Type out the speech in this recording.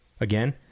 again